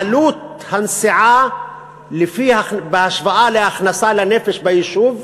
עלות הנסיעה בהשוואה להכנסה לנפש ביישוב,